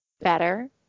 Better